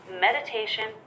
meditation